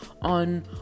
on